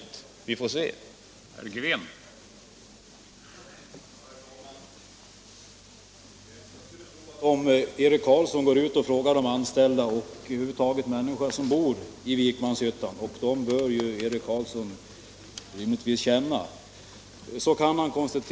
Vi får se vad som händer.